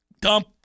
Dump